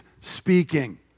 speaking